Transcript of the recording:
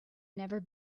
never